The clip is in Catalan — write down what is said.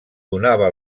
donava